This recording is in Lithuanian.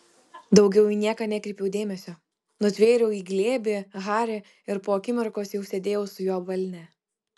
daugiau į nieką nekreipiau dėmesio nutvėriau į glėbį harį ir po akimirkos jau sėdėjau su juo balne